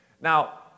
Now